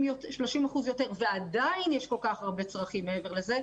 30% יותר ועדיין יש כל כך הרבה צרכים מעבר לזה,